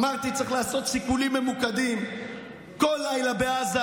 אמרתי: צריך לעשות סיכולים ממוקדים כל לילה בעזה,